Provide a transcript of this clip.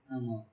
ஆமா:aamaa